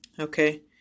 Okay